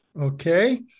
Okay